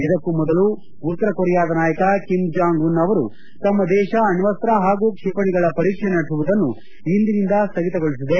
ಇದಕ್ಕೂ ಮೊದಲು ಉತ್ಸರ ಕೊರಿಯಾದ ನಾಯಕ ಕಿಮ್ ಜಾಂಗ್ ಉನ್ ಅವರು ತಮ್ಮ ದೇಶ ಅಣ್ಣಸ್ತ ಹಾಗೂ ಕ್ಷಿಪಣಿಗಳ ಪರೀಕ್ಷೆ ನಡೆಸುವುದನ್ನು ಇಂದಿನಿಂದ ಸ್ನಗಿತಗೊಳಿಸಿದೆ